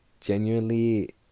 genuinely